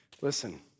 listen